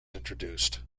introduced